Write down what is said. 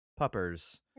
puppers